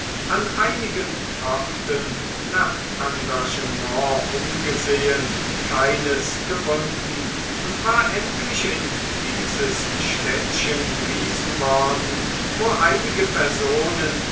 an einigen orten nach engagement umgesehen keines gefunden und war endlich in dieses städtchen gewiesen worden wo einige personen